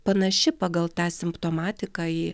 panaši pagal tą simptomatiką į